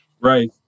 Right